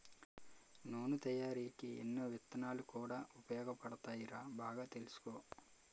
నూనె తయారికీ ఎన్నో విత్తనాలు కూడా ఉపయోగపడతాయిరా బాగా తెలుసుకో